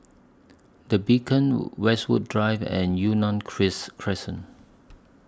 The Beacon Westwood Drive and Yunnan Christ Crescent